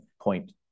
Point